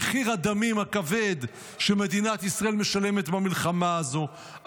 מחיר הדמים הכבד שמדינת ישראל משלמת במלחמה הזאת,